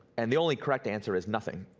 and the only correct answer is nothing.